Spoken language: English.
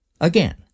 Again